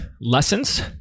lessons